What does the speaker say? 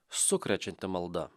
sukrečianti malda